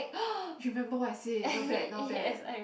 you remember what I say not bad not bad